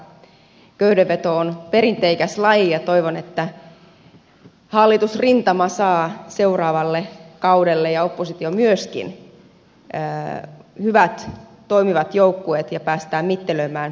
köydenveto on perinteikäs laji ja toivon että hallitusrintama ja oppositio myöskin saa seuraavalle kaudelle hyvät toimivat joukkueet ja päästään mittelöimään perinteikkäässä lajissa